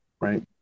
right